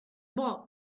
bought